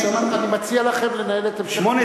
18. אני מציע לכם לנהל את המשך השיחה,